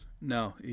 No